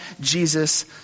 Jesus